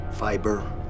Fiber